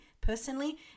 personally